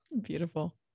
beautiful